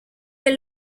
est